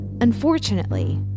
Unfortunately